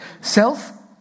Self